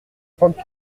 trente